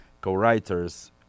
co-writers